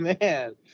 man